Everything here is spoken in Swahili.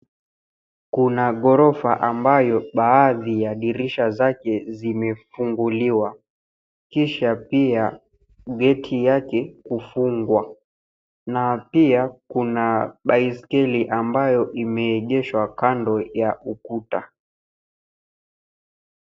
Kuna ghorofa ambayo baadhi ya dirisha zake zimefunguliwa kisha pia Gate yake kufungwa na pia kuna baiskeli ambayo imeegeshwa kando ya ukuta.